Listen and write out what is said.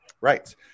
right